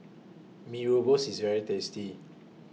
Mee Rebus IS very tasty